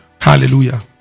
Hallelujah